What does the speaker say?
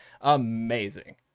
Amazing